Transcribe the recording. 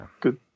good